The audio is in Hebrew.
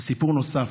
וסיפור נוסף,